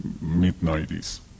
mid-90s